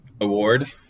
award